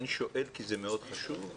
אני שואל כי זה מאוד חשוב.